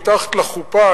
מתחת לחופה,